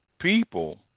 people